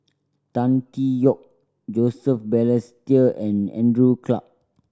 Tan Tee Yoke Joseph Balestier and Andrew Clarke